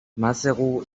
maseru